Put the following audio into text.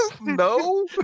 No